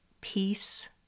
peace